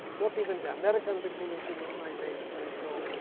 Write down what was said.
not even the american revolution, if i may say so.